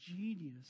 genius